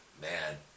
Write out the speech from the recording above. Man